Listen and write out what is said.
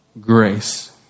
Grace